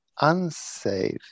unsafe